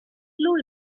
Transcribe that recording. lui